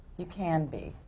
you can be.